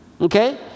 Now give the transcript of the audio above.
okay